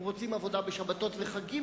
הם רוצים עבודה בשבתות וחגים,